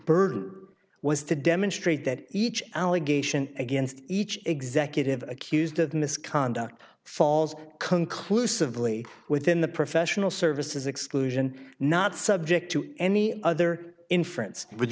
burden was to demonstrate that each allegation against each executive accused of misconduct falls conclusively within the professional services exclusion not subject to any other inference would